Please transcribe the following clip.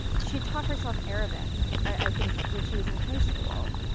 she taught herself arabic, i think when she was in high school.